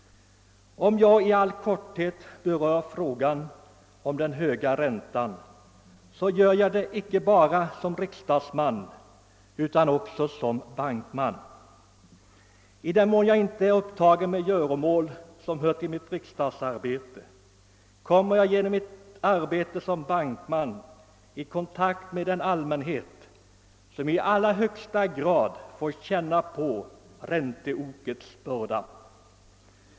Om jag i all korthet tar upp frågan, så gör jag det inte bara som riksdagsman utan också som bankman. I den mån jag inte är upptagen med göromål som hör till mitt riksdagsarbete kommer jag genom mitt arbete som bankman i kontakt med den allmänhet som i allra högsta grad får känna på ränteokets börda.